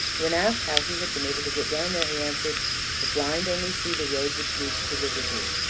when asked how he had been able to get down there, he answered the blind only see the road which leads to liberty.